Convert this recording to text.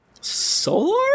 solar